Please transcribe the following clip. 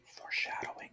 Foreshadowing